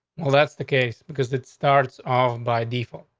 well, that's the case, because it starts off by default,